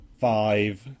five